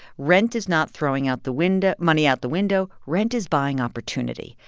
rent is not throwing out the window money out the window. rent is buying opportunity.